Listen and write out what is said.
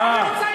אני רוצה דירה.